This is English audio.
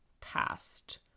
past